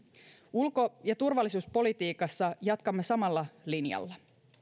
ulko ja turvallisuuspolitiikassa jatkamme samalla linjalla